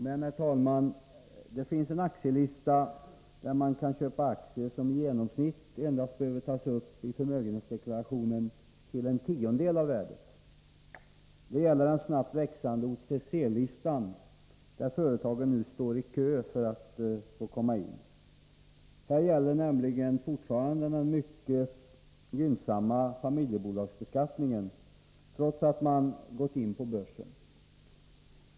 Men, herr talman, det finns en aktielista på vilken man kan köpa aktier, som i genomsnitt endast behöver tas upp till en tiondel av värdet i förmögenhetsdeklarationen. Det gäller den snabbt växande OTC-listan, till vilken företagen står i kö. Här gäller nämligen fortfarande den mycket gynnsamma familjebolagsbeskattningen, trots att man gått in på börsen.